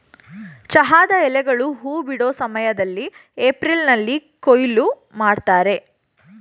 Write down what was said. ಚಹಾದ ಎಲೆಗಳು ಹೂ ಬಿಡೋ ಸಮಯ್ದಲ್ಲಿ ಏಪ್ರಿಲ್ನಲ್ಲಿ ಕೊಯ್ಲು ಮಾಡ್ತರೆ